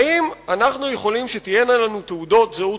האם אנחנו יכולים שתהיינה לנו תעודות זהות